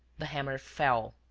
the hammer fell.